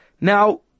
now